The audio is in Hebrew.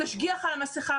תשגיח על המסכה,